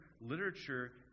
literature